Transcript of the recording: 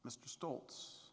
mr stoltz